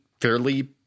fairly